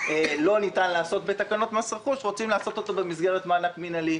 את מה שלא ניתן לעשות בתקנות מס רכוש רוצים לעשות במסגרת מענק מינהלי.